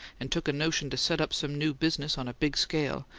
and took a notion to set up some new business on a big scale,